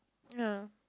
yeah